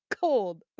cold